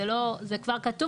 זה לא, זה כבר כתוב.